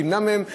שתמנע מהם טרדה,